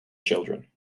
children